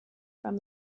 from